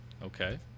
Okay